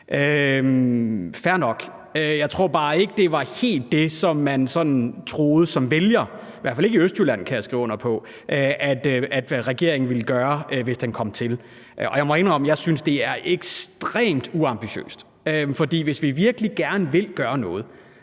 Fair nok. Jeg tror bare ikke, at det helt var det, man sådan troede som vælger – i hvert fald ikke i Østjylland, kan jeg skrive under på – at regeringen ville gøre, hvis den kom til. Og jeg må indrømme, at jeg synes, det er ekstremt uambitiøst. For hvis vi virkelig gerne vil gøre noget,